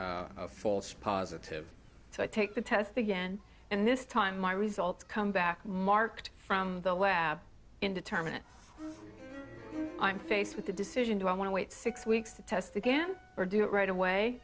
a false positive so i take the test again and this time my results come back marked from the indeterminate i'm faced with the decision do i want to wait six weeks to test again or do it right away